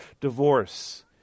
divorce